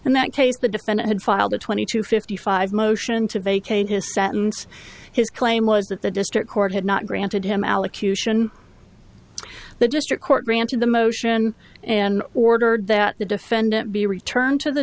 in that case the defendant had filed a twenty two fifty five motion to vacate his sentence his claim was that the district court had not granted him allocution the district court granted the motion and ordered that the defendant be returned to the